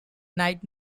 night